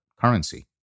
currency